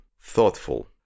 thoughtful